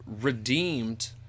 redeemed